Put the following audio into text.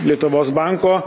lietuvos banko